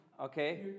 Okay